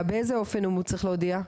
באיזה אופן הוא צריך להודיע?